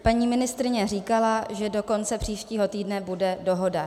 Paní ministryně říkala, že do konce příštího týdne bude dohoda.